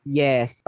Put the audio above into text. yes